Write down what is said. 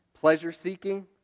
pleasure-seeking